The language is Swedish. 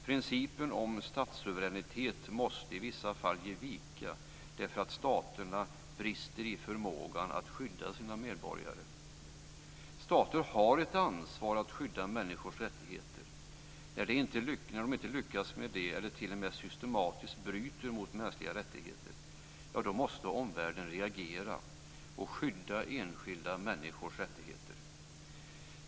Principen om statssuveränitet måste, i vissa fall, ge vika därför att staterna brister i förmågan att skydda sina medborgare. Stater har ett ansvar att skydda människors rättigheter. När de inte lyckats med det - eller t.o.m. systematiskt bryter mot mänskliga rättigheter - ja, då måste omvärlden reagera och skydda enskilda människors rättigheter.